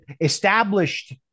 established